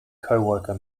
coworker